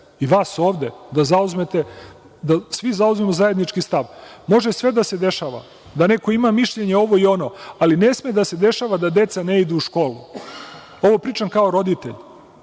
i vas ovde, da svi zauzmemo zajednički stav. Može sve da se dešava, da neko ima mišljenje ovo ili ono, ali ne sme da se dešava da deca ne idu u školu. Ovo pričam kao roditelj.